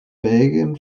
belgien